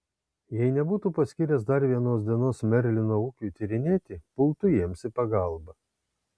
jei nebūtų paskyręs dar vienos dienos merlino ūkiui tyrinėti pultų jiems į pagalbą